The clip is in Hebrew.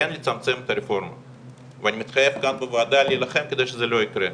אין לצמצם את הרפורמה ואני מתחייב כאן בוועדה להילחם כדי שזה לא יקרה.